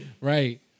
right